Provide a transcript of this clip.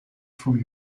from